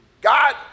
God